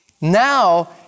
Now